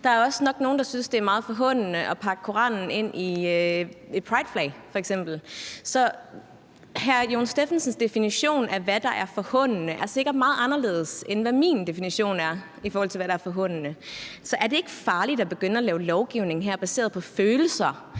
er nok også nogle, der synes, at det er meget forhånende at pakke Koranen ind i et prideflag f.eks. Så hr. Jon Stephensens definition af, hvad der er forhånende, er sikkert meget anderledes, end hvad min definition er af, hvad der er forhånende. Så er det ikke farligt at begynde at lave lovgivning her baseret på følelser,